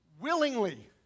Willingly